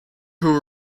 who